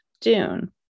Dune